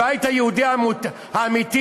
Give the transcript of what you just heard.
הבית היהודי האמיתי,